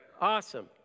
Awesome